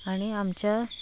आनी आमच्या